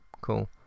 cool